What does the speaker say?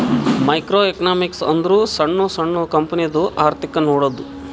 micro economics ಅಂದುರ್ ಸಣ್ಣು ಸಣ್ಣು ಕಂಪನಿದು ಅರ್ಥಿಕ್ ನೋಡದ್ದು